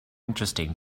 interesting